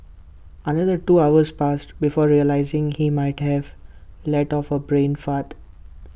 another two hours passed before realising he might have let off A brain fart